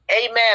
Amen